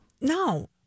No